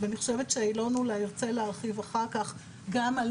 ואני חושבת שינון אולי ירצה להרחיב אחר-כך גם על